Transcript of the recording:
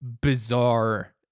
bizarre